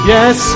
Yes